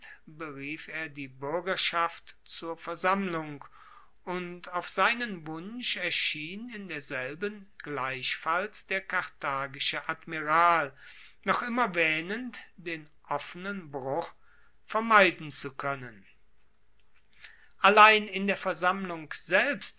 berief er die buergerschaft zur versammlung und auf seinen wunsch erschien in derselben gleichfalls der karthagische admiral noch immer waehnend den offenen bruch vermeiden zu koennen allein in der versammlung selbst